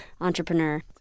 entrepreneur